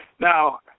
Now